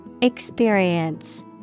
experience